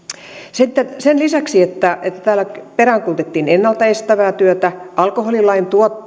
sen lisäksi että täällä peräänkuulutettiin ennalta estävää työtä alkoholilain